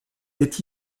est